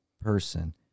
person